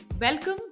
welcome